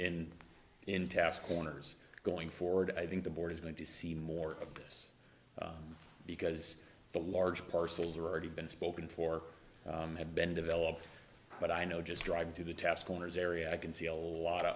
in in task corners going forward i think the board is going to see more of this because the large parcels are already been spoken for have been developed but i know just driving to the task corners area i can see a lot of